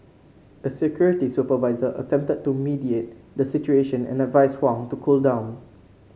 a security supervisor attempted to mediate the situation and advised Huang to cool down